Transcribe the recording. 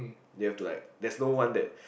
they've to like there's no one that